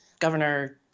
Governor